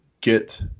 get